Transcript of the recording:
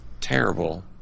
terrible